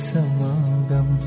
Samagam